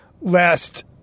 Last